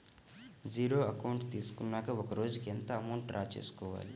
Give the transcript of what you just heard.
Zero account తీసుకున్నాక ఒక రోజుకి ఎంత అమౌంట్ డ్రా చేసుకోవాలి?